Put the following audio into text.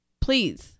please